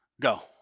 go